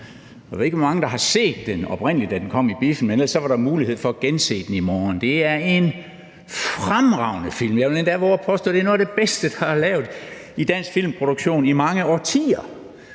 Jeg ved ikke, hvor mange der så den, da den gik i biffen, men ellers er der mulighed for at se den i morgen. Det er en fremragende film. Jeg vil endda vove at påstå, at det er noget af det bedste, der er lavet i dansk filmproduktion i mange årtier.